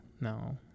no